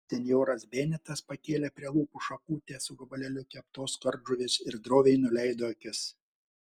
senjoras benitas pakėlė prie lūpų šakutę su gabalėliu keptos kardžuvės ir droviai nuleido akis